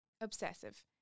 Obsessive